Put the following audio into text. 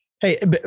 Hey